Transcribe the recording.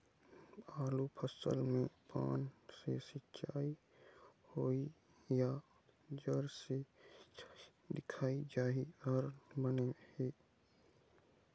आलू फसल मे पान से सिचाई होही या जड़ से सिचाई दिया जाय हर बने हे?